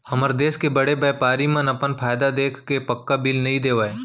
हमर देस के बड़े बैपारी मन अपन फायदा देखके पक्का बिल नइ देवय